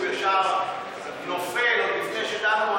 שהוא ישר נופל עוד לפני שדנו.